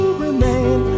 remain